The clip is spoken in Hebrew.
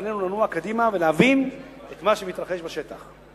ועלינו לנוע קדימה ולהבין את מה שמתרחש בשטח.